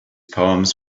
poems